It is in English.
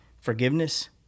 forgiveness